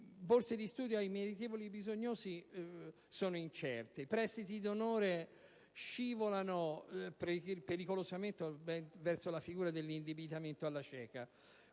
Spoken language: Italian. borse di studio ai meritevoli e bisognosi sono incerte; i prestiti d'onore scivolano pericolosamente verso la figura dell'indebitamento alla cieca.